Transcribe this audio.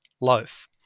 loaf